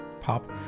pop